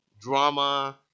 drama